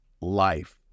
life